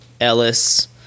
Ellis